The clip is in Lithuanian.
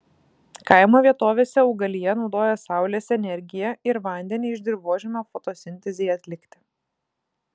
kaimo vietovėse augalija naudoja saulės energiją ir vandenį iš dirvožemio fotosintezei atlikti